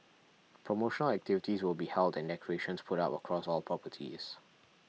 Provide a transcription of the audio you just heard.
promotional activities will be held and decorations put up across all properties